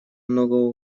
много